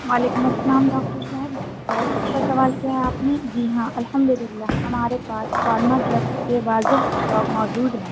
وعلیکم السلام ڈاکٹر صاحب بہت اچھا سوال کیا ہے آپ نے جی ہاں الحمد للہ ہمارے پاس فارما ڈرگس کے واضح اسٹاک موجود ہیں